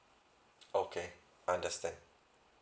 okay I understand